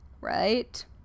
Right